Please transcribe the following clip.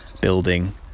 building